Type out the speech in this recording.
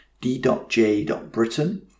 d.j.britain